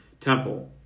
Temple